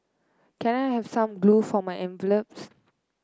can I have some glue for my envelopes